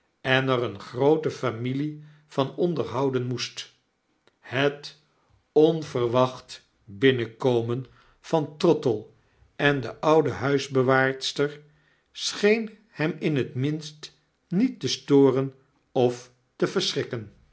en er eene groote familie van onderhouden moest het onverwacht binnenkomen van trottle en eest beklagenswaardig tooneel de oude huisbewaarster scheen hemin'tminst niet te storen of te verschrikken